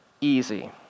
easy